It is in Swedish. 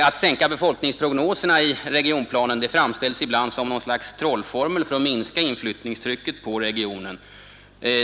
Att sänka befolkningsprognoserna i regionplanen framställs ibland som en slags trollformel för att minska inflyttningstrycket på regionen.